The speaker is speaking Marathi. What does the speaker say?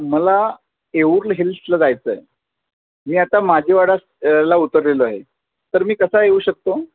मला येऊर हिल्सला जायचं आहे मी आता माजीवाडाला उतरलेलो आहे तर मी कसा येऊ शकतो